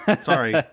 Sorry